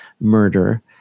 murder